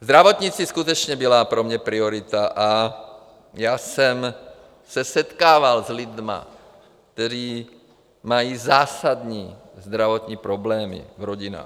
Zdravotnictví skutečně byla pro mě priorita a já jsem se setkával s lidmi, kteří mají zásadní zdravotní problémy v rodinách.